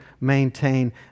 maintain